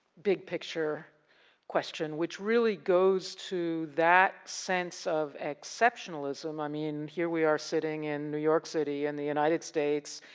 big picture question which really goes to that sense of exceptionalism. i mean, here we are sitting in new york city in the united states,